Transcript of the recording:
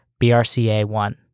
BRCA1